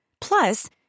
Plus